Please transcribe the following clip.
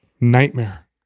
nightmare